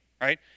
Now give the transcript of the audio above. right